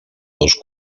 dos